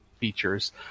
features